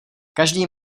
každý